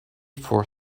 for